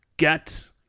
get